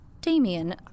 Damien